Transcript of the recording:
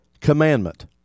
commandment